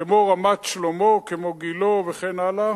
כמו רמת-שלמה, כמו גילה וכן הלאה,